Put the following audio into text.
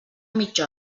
mitja